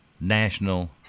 National